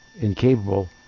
incapable